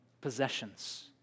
possessions